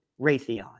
Raytheon